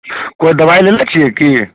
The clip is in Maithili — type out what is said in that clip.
कोइ दबाइ लेने छियै की